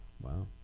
wow